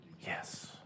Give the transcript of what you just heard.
Yes